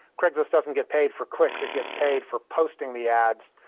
craigslist doesn't get paid for clicks. it gets paid for posting the ads,